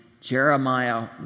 Jeremiah